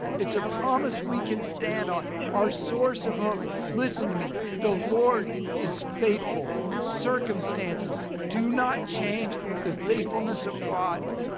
it's a promise we can stand on. our source of hope. listen to me, the lord is faithful. circumstances do not change the faithfulness of god.